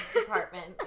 department